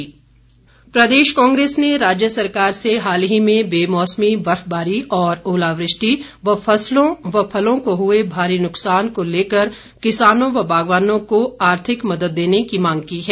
आर्थिक मदद प्रदेश कांग्रेस ने राज्य सरकार से हाल ही में बेमौसमी बर्फबारी व ओलावृष्टि से फसलों व फलों को हुए भारी नुकसान को लेकर किसानों व बागवानों को आर्थिक मदद देने की मांग की है